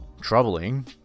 troubling